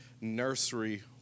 nursery